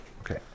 Okay